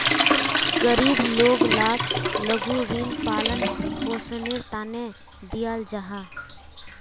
गरीब लोग लाक लघु ऋण पालन पोषनेर तने दियाल जाहा